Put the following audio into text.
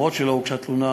גם אם לא הוגשה תלונה,